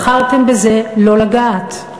בחרתם בזה לא לגעת.